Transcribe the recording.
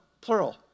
plural